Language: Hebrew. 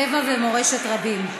טבע ומורשת רבים.